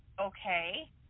okay